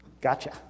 Gotcha